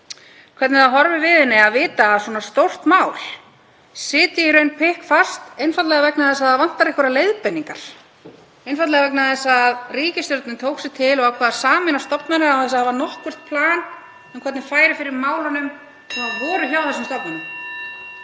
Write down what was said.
hvernig það horfi við henni að vita af því að svona stórt mál sitji í raun pikkfast einfaldlega vegna þess að það vantar einhverjar leiðbeiningar, einfaldlega vegna þess að ríkisstjórnin tók sig til og ákvað (Forseti hringir.) að sameina stofnanir án þess að hafa nokkurt plan um hvernig færi fyrir málunum sem voru hjá þessum stofnunum.